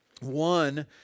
one